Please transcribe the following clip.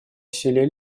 усилия